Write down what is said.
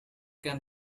call